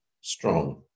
strong